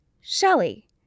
Shelley